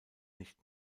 nicht